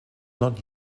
not